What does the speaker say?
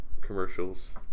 commercials